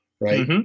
Right